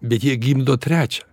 bet jie gimdo trečią